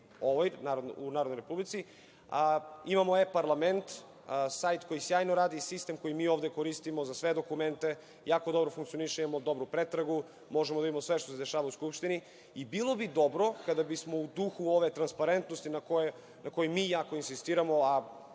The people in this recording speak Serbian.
Narodnoj, imamo e-parlament, sajt koji sjajno radi. Sistem koji mi ovde koristimo za sve dokumente, jako dobro funkcioniše. Imamo dobru pretragu, možemo da vidimo sve što se dešava u Skupštini i bilo bi dobro kada bismo u duhu ove transparentnosti na kojoj mi jako insistiramo,